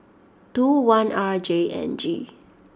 two one R J N G